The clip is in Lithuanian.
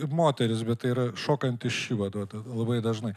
moteris bet tai yra šokantis šiva duota labai dažnai